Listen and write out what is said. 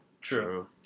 True